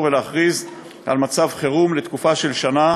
ולהכריז על מצב חירום לתקופה של שנה,